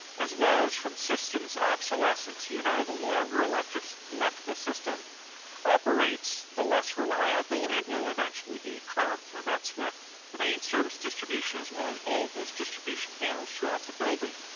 as well as from systems obsolescence, you know the longer electrical electrical system operates, the less reliable it will eventually become and that's with the main service distribution as well as all those distribution panels throughout the building,